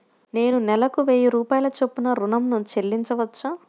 నేను నెలకు వెయ్యి రూపాయల చొప్పున ఋణం ను చెల్లించవచ్చా?